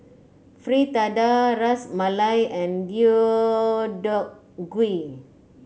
Fritada Ras Malai and Deodeok Gui